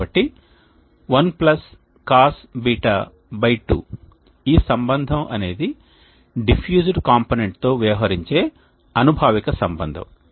కాబట్టి 1 Cosβ2 ఈ సంబంధం అనేది డిఫ్యూజ్డ్ కాంపోనెంట్తో వ్యవహరించే అనుభావిక సంబంధం